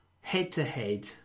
head-to-head